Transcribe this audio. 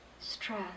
Stress